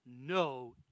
no